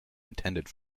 intended